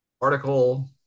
article